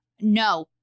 no